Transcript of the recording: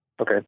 Okay